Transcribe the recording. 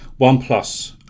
OnePlus